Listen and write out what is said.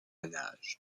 nage